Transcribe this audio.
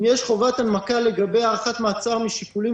אם יש חובת הנמקה לגבי הארכת מעצר משיקולים